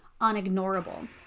unignorable